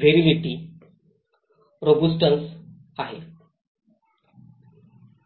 वरिलेटी robustness आहे